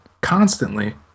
constantly